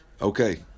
Okay